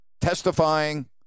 testifying